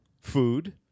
food